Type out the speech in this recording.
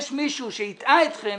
יש מישהו שהטעה אתכם,